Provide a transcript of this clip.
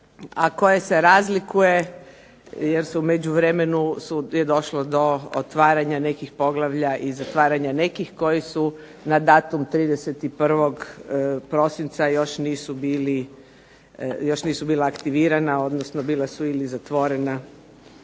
a koje se razlikuje jer se u međuvremenu je došlo do otvaranja nekih poglavlja i zatvaranja nekih koji su na datum 31. prosinca još nisu bili aktivirani, odnosno bila su ili zatvorena